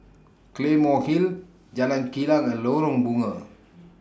Claymore Hill Jalan Kilang and Lorong Bunga